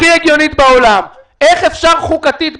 אין חתונות.